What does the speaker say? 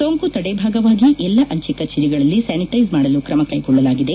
ಸೋಂಕು ತಡೆ ಭಾಗವಾಗಿ ಎಲ್ಲ ಅಂಚೆ ಕಚೇರಿಗಳನ್ನು ಸ್ಯಾನಿಟೈಸ್ ಮಾಡಲು ಕ್ರಮ ಕೈಗೊಳ್ಳಲಾಗಿದೆ